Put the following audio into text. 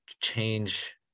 change